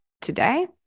today